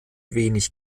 wenig